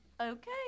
Okay